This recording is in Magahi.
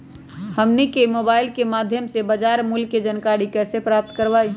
हमनी के मोबाइल के माध्यम से बाजार मूल्य के जानकारी कैसे प्राप्त करवाई?